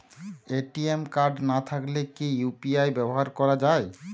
ATM card না থাকলে কি ইউ.পি.আই ব্যবহার করা য়ায়?